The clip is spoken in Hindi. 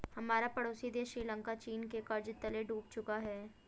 हमारा पड़ोसी देश श्रीलंका चीन के कर्ज तले डूब चुका है